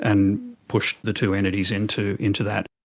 and pushed the two entities into into that.